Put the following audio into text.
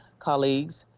colleagues,